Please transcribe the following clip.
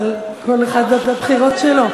אבל כל אחד והבחירות שלו.